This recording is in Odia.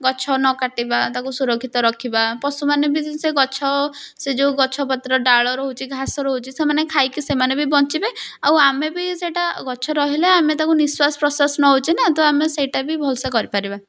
ଗଛ ନ କାଟିବା ତାକୁ ସୁରକ୍ଷିତ ରଖିବା ପଶୁମାନେ ବି ସେ ଗଛ ସେ ଯେଉଁ ଗଛ ପତ୍ର ଡାଳ ରହୁଛି ଘାସ ରହୁଛି ସେମାନେ ଖାଇକି ସେମାନେ ବି ବଞ୍ଚିବେ ଆଉ ଆମେ ବି ସେଇଟା ଗଛ ରହିଲେ ଆମେ ତାକୁ ନିଶ୍ଵାସ ପ୍ରଶ୍ଵାସ ନେଉଛେ ନା ତ ଆମେ ସେଇଟା ବି ଭଲସେ କରିପାରିବା